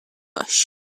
bush